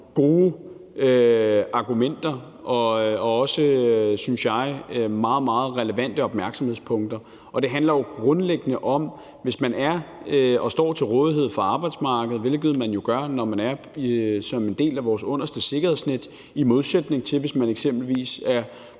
gode argumenter og også, synes jeg, nogle meget, meget relevante opmærksomhedspunkter. Det handler jo grundlæggende om, at hvis man er og står til rådighed for arbejdsmarkedet – hvilket man jo gør, når man er en del af vores underste sikkerhedsnet, i modsætning til hvis man eksempelvis får